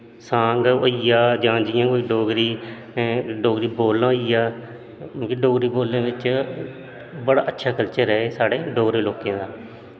song होईयां जां इयां कोई डोगरी डोगरी बोलना होईया डोगरी बोलनें बिच्च बड़ा अच्छा कल्चर ऐ डोगरें लोकें दा